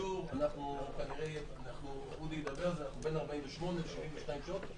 האישור הוא בין 48 שעות ל-72 שעות.